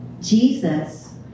Jesus